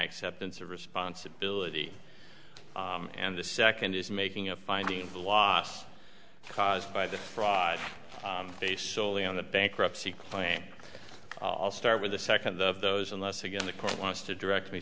acceptance of responsibility and the second is making a finding of loss caused by the fraud based soley on the bankruptcy claim i'll start with the second of those unless again the court wants to direct me